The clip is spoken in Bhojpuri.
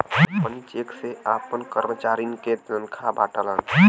कंपनी चेक से आपन करमचारियन के तनखा बांटला